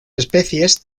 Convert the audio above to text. especies